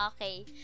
Okay